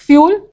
Fuel